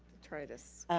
detritus,